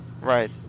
Right